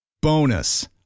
Bonus